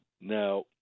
now